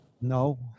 No